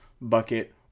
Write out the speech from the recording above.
bucket